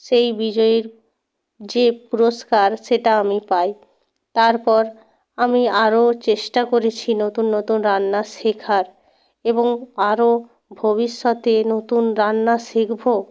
সেই বিজয়ীর যে পুরস্কার সেটা আমি পাই তারপর আমি আরও চেষ্টা করেছি নতুন নতুন রান্না শেখার এবং আরও ভবিষ্যতে নতুন রান্না শিখব